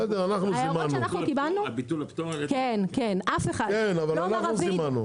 לא מר רביד,